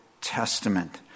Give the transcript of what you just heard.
Testament